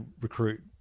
recruit